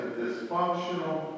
dysfunctional